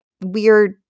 weird